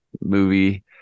movie